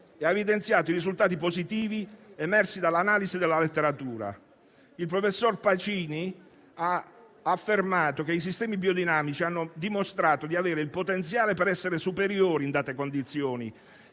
e ha evidenziato i risultati positivi emersi dall'analisi della letteratura. Il professor Pacini ha affermato che i sistemi biodinamici hanno dimostrato di avere il potenziale per essere superiori in date condizioni,